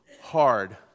hard